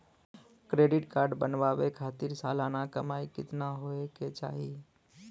Credit card बनवावे खातिर सालाना कमाई कितना होए के चाही?